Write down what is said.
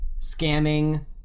scamming